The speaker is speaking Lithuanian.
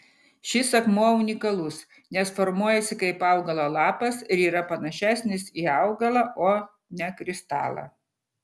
šis akmuo unikalus nes formuojasi kaip augalo lapas ir yra panašesnis į augalą o ne kristalą